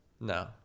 No